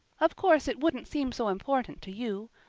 of course it wouldn't seem so important to you.